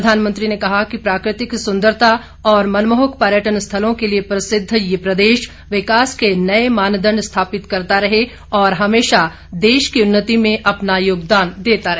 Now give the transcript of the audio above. प्रधानमंत्री ने कहा कि प्राकृतिक सुंदरता और मनमोहक पर्यटन स्थलों के लिए प्रसिद्ध ये प्रदेश विकास के नए मानदंड स्थापित करता रहे और हमेशा देश की उन्नति में अपना योगदान देता रहे